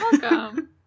Welcome